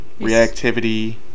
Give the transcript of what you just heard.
reactivity